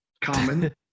common